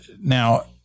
Now